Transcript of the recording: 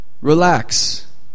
relax